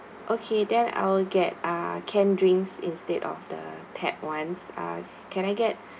okay then I will get uh canned drinks instead of the tab [one] uh can I get